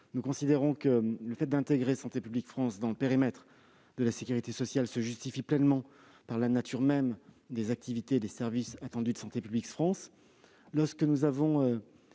Nous considérons que le fait d'intégrer Santé publique France dans le périmètre de la sécurité sociale se justifie pleinement par la nature même des activités et des services attendus de cet organisme.